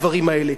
הדברים האלה,